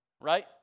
Right